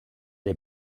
les